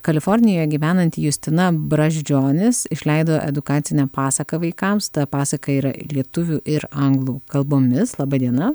kalifornijoje gyvenanti justina brazdžionis išleido edukacinę pasaką vaikams ta pasaka yra lietuvių ir anglų kalbomis laba diena